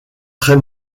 très